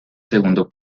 segundo